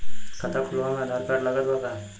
खाता खुलावे म आधार कार्ड लागत बा का?